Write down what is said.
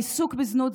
העיסוק בזנות,